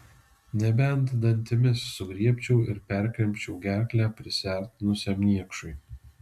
nebent dantimis sugriebčiau ir perkrimsčiau gerklę prisiartinusiam niekšui